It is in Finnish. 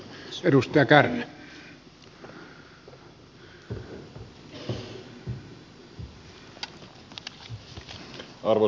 arvoisa puhemies